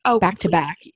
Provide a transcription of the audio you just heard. back-to-back